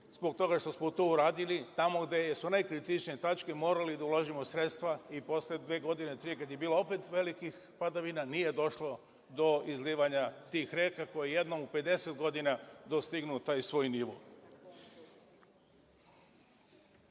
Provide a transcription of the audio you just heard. zbog toga što smo to uradili tamo gde su najkritičnije tačke, morali da uložimo sredstva i posle dve godine, tri kada je bilo opet velikih padavina, nije došlo do izlivanja tih reka, koje jednom u 50 godina dostignu taj svoj